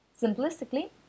Simplistically